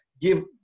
Give